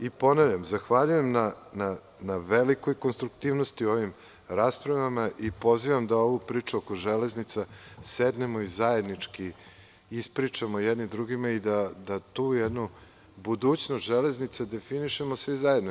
Još jednom ponavljam, zahvaljujem vam na velikoj konstruktivnosti u ovim raspravama i pozivam vas da ovu priču oko železnica sednemo i zajednički ispričamo jedni drugima i da tu jednu budućnost železnice definišemo svi zajedno.